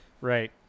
Right